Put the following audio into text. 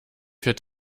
für